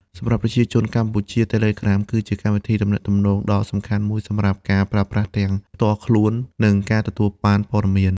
សម្រាប់ប្រជាពលរដ្ឋកម្ពុជា Telegram គឺជាកម្មវិធីទំនាក់ទំនងដ៏សំខាន់មួយសម្រាប់ការប្រើប្រាស់ទាំងផ្ទាល់ខ្លួន និងការទទួលបានព័ត៌មាន។